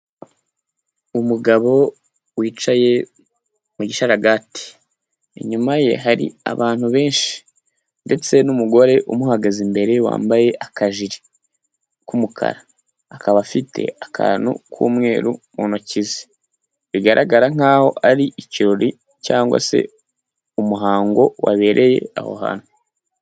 Umugabo wicaye mu gisharagati, inyuma ye hari abantu benshi ndetse n'umugore umuhagaze imbere wambaye akajiri k'umukara akaba afite akantu k'umweru mu ntoki ze, bigaragara nk'aho ari ikirori cyangwa se umuhango wabereye aho hantu.